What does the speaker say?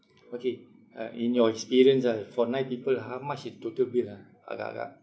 okay uh in your experience ah if for nine people how much is total bill ah agak agak